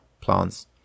plants